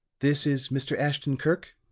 this is mr. ashton-kirk?